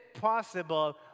possible